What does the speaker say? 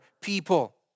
people